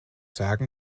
sagen